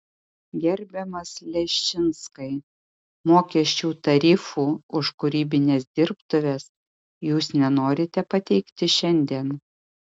gerbiamas leščinskai mokesčių tarifų už kūrybines dirbtuves jūs nenorite pateikti šiandien